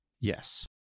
Yes